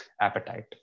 appetite